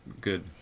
good